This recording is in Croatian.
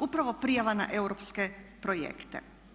upravo prijava na europske projekte.